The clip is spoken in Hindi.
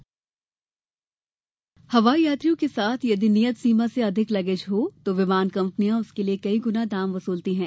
एयरपोर्ट लगेज हवाई यात्रियों के साथ यदि नियत सीमा से अधिक लगेज हो तो विमान कम्पनियां उसके लिए कई गुना दाम वसुलती है